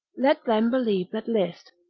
let them believe that list,